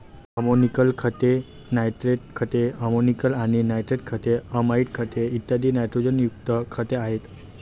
ammoniacal खते, nitrate खते, ammoniacal आणि नायट्रेट खते, अमाइड खते, इत्यादी नायट्रोजनयुक्त खते आहेत